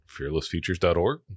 fearlessfeatures.org